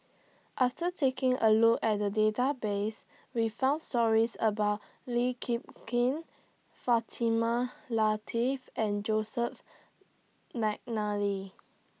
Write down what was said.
after taking A Look At The Database We found stories about Lee Kip Kim Fatimah Lateef and Joseph Mcnally